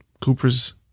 Cooper's